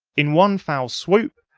in one foul swoop,